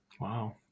Wow